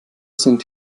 sind